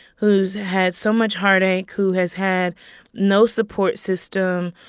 who's had so much heartache, who has had no support system,